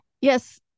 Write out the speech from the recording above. Yes